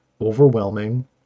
overwhelming